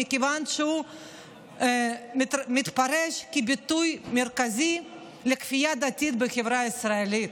מכיוון שהוא מתפרש כביטוי מרכזי לכפייה דתית בחברה הישראלית.